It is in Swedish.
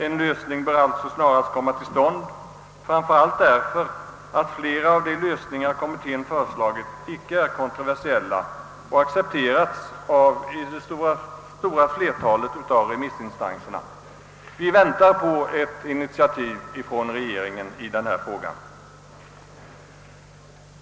En lösning bör alltså snarast komma till stånd, så mycket mer som flera av de lösningar kommittén föreslagit inte är kontroversiella utan har accepterats av det stora flertalet remissinstanser. Vi väntar på ett initiativ från regeringen i denna fråga.